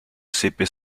seppe